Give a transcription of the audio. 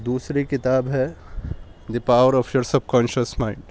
دوسری کتاب ہے the power of your subconscious mind